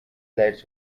lights